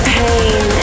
pain